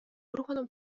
органом